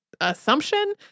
assumption